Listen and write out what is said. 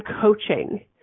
coaching